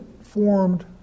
formed